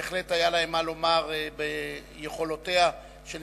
שבהחלט היה להם מה לומר ביכולותיה של